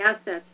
assets